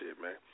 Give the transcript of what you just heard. man